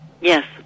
Yes